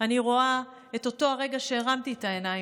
אני רואה את אותו הרגע שהרמתי את העיניים,